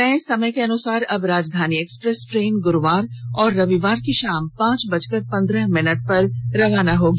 नये समय के अनुसार अब राजधानी एक्सप्रेस ट्रेन ग्रुवार और रविवार की शाम पांच बजकर पंद्रह मिनट पर रवाना होगी